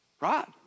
Right